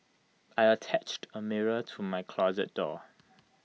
I attached A mirror to my closet door